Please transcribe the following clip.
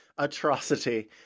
atrocity